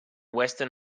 western